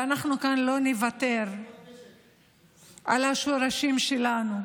ואנחנו כאן לא נוותר על השורשים שלנו,